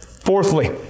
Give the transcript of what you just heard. Fourthly